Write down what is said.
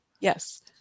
yes